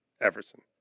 Everson